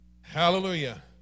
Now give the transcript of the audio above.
Hallelujah